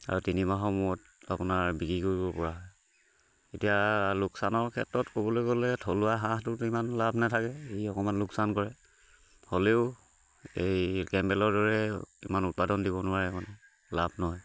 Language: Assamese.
আৰু তিনিমাহৰ মূৰত আপোনাৰ বিক্ৰী কৰিব পৰা এতিয়া লোকচানৰ ক্ষেত্ৰত ক'বলৈ গ'লে থলুৱা হাঁহটোতো ইমান লাভ নাথাকে ই অকণমান লোকচান কৰে হ'লেও এই কেম্বেলৰ দৰে ইমান উৎপাদন দিব নোৱাৰে মানে লাভ নহয়